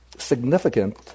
significant